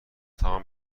تمام